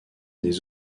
des